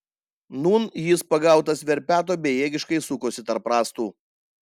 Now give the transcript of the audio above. nūn jis pagautas verpeto bejėgiškai sukosi tarp rąstų